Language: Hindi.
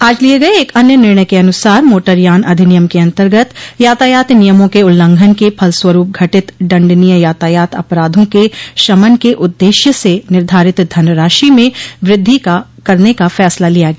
आज लिये गये एक अन्य निर्णय के अनुसार मोटरयान अधिनियम के अन्तर्गत यातायात नियमों के उल्लंघन के फलस्वरूप घटित दण्डनीय यातायात अपराधों के शमन के उद्देश्य से निर्धारित धनराशि में वृद्धि करने का फैसला लिया गया